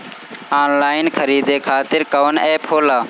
Online खरीदे खातीर कौन एप होला?